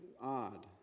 odd